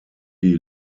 die